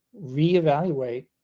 reevaluate